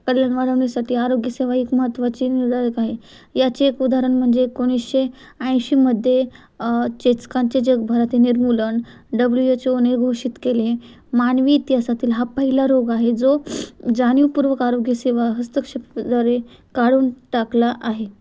कल्याण वाढवण्यासाठी आरोग्यसेवा एक महत्वाचे निर्धारक आहे याचे एक उदाहरण म्हणजे एकोणीसशे ऐंशीमध्ये चेचकांचे जगभरातील निर्मूलन डब्ल्यू एच ओने घोषित केले मानवी इतिहासातील हा पहिला रोग आहे जो जाणीवपूर्वक आरोग्यसेवा हस्तक्षेपाद्वारे काढून टाकला आहे